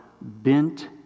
bent